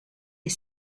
est